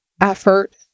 Effort